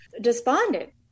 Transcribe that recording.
despondent